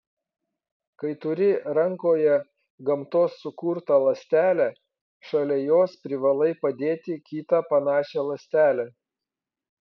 kai turi rankoje gamtos sukurtą ląstelę šalia jos privalai padėti kitą panašią ląstelę